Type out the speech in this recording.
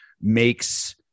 makes